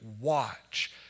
watch